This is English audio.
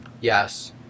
Yes